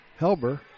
Helber